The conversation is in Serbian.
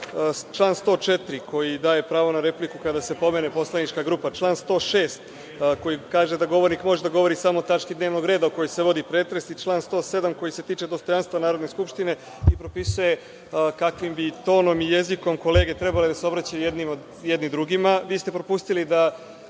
član 104. koji daje pravo na repliku kada se pomene poslanička grupa, član 106. koji kaže da govornik može da govori samo o tački dnevnog reda o kojoj se vodi pretres i član 107. koji se tiče dostojanstva Narodne skupštine i propisuje kakvim bi tonom i jezikom kolege trebale da se obraćaju jedni drugima. Vi